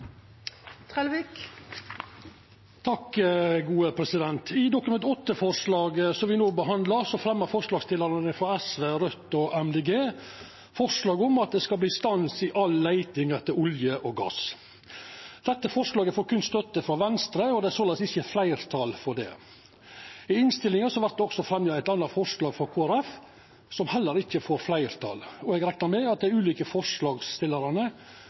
I Dokument 8-forslaget me behandlar no, fremjar forslagsstillarane frå SV, Raudt og Miljøpartiet Dei Grøne forslag om at det skal verta stans i all leiting etter olje og gass. Dette forslaget får berre støtte frå Venstre, og det er såleis ikkje fleirtal for det. I innstillinga vert det også fremja eit anna forslag, frå Kristeleg Folkeparti, som heller ikkje får fleirtal. Eg reknar med at dei ulike forslagsstillarane